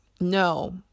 No